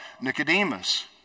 Nicodemus